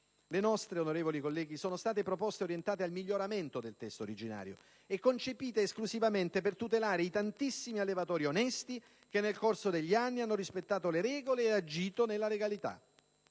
Le nostre - onorevoli colleghi - sono state proposte orientate al miglioramento del testo originario e concepite esclusivamente per tutelare i tantissimi allevatori onesti che nel corso degli anni hanno rispettato le regole ed agito nella legalità.